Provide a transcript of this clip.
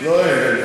לא, אין.